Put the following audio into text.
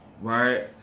right